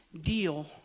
deal